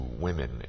women